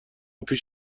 پیش